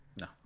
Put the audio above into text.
no